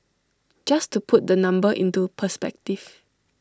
just to put the number into perspective